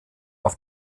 auf